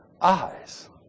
eyes